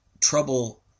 trouble